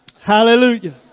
Hallelujah